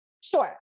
Sure